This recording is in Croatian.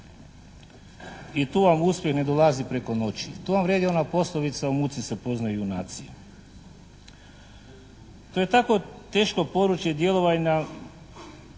i tu vam uspjeh ne dolazi preko noći. Tu vam vrijedi ona poslovica: «U muci se poznaju junaci.» To je tako teško područje djelovanja